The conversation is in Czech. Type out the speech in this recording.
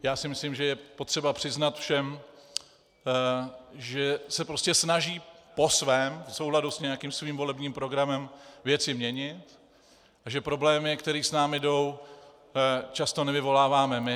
Já si myslím, že je potřeba přiznat všem, že se prostě snaží po svém, v souladu s nějakým svým volebním programem věci měnit a že problémy, které s námi jdou, často nevyvoláváme my.